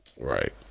Right